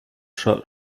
chat